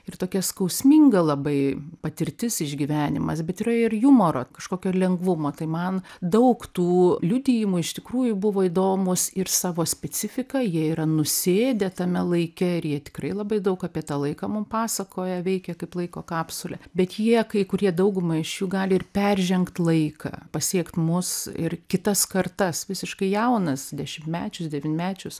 ir tokia skausminga labai patirtis išgyvenimas bet yra ir jumoro kažkokio lengvumo tai man daug tų liudijimų iš tikrųjų buvo įdomūs ir savo specifika jie yra nusėdę tame laike ir jie tikrai labai daug apie tą laiką mum pasakoja veikia kaip laiko kapsulė bet jie kai kurie dauguma iš jų gali ir peržengt laiką pasiekt mus ir kitas kartas visiškai jaunas dešimtmečius devynmečius